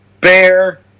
Bear